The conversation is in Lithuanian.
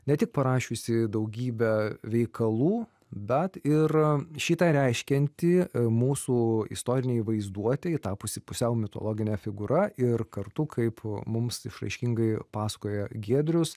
ne tik parašiusį daugybę veikalų bet ir šį tą reiškiantį mūsų istorinei vaizduotei tapusį pusiau mitologine figūra ir kartu kaip mums išraiškingai pasakoja giedrius